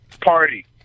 party